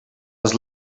was